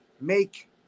make